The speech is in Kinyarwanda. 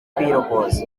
kwirogoza